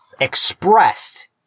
expressed